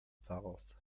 pfarrers